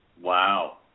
Wow